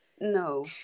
No